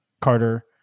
Carter